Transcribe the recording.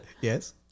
Yes